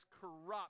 corrupt